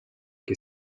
que